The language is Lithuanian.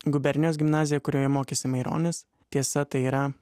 gubernijos gimnazija kurioje mokėsi maironis tiesa tai yra